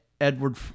Edward